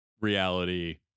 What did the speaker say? reality